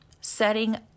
setting